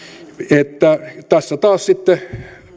että tässä taas sitten